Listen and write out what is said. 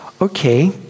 Okay